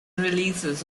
releases